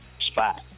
spot